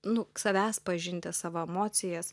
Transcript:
nu savęs pažinti savo emocijas